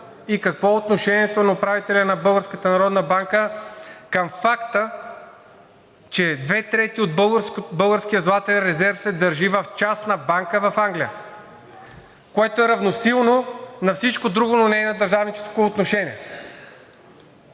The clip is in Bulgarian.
и какво е отношението на управителя на Българската народна банка към факта, че две трети от българския златен резерв се държи в частна банка в Англия, което е равносилно на всичко друго, но не и на държавническо отношение.